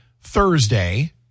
Thursday